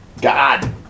God